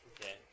Okay